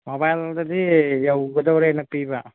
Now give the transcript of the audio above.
ꯃꯣꯕꯥꯏꯜꯗꯗꯤ ꯌꯧꯒꯗꯧꯔꯦꯅ ꯄꯤꯕ